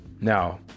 Now